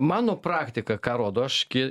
mano praktika ką rodo aš ki